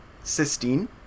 cysteine